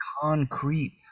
concrete